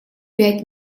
пять